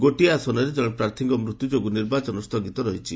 ଗୋଟିଏ ଆସନରେ ଜଣେ ପ୍ରାର୍ଥୀଙ୍କ ମୃତ୍ୟୁ ଯୋଗୁଁ ନିର୍ବାଚନ ସ୍ଥଗିତ ରହିଛି